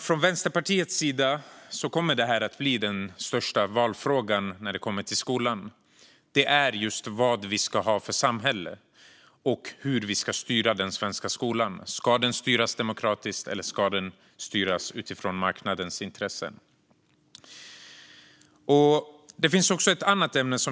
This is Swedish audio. För Vänsterpartiet kommer den största valfrågan när det gäller skolan att bli just vad vi ska ha för samhälle och hur vi ska styra den svenska skolan. Ska den styras demokratiskt eller utifrån marknadens intressen?